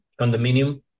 condominium